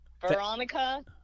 Veronica